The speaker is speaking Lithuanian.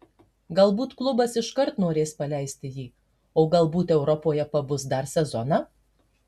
galbūt klubas iškart norės paleisti jį o galbūt europoje pabus dar sezoną